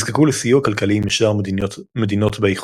נזקקו לסיוע כלכלי משאר מדינות באיחוד.